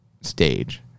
stage